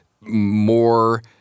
more